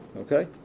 ok?